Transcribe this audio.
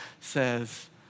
says